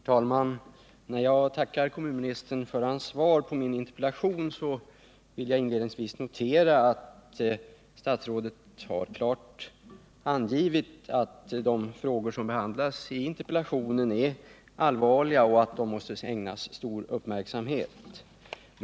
Herr talman! När jag tackar kommunministern för hans svar på min interpellation vill jag inledningsvis notera att statsrådet klart har angivit att de frågor som behandlas i interpellationen är allvarliga och att de måste ägnas stor uppmärksamhet.